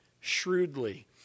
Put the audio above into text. shrewdly